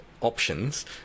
options